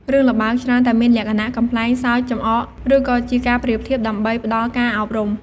រឿងល្បើកច្រើនតែមានលក្ខណៈកំប្លែងសើចចំអក ឬក៏ជាការប្រៀបធៀបដើម្បីផ្ដល់ការអប់រំ។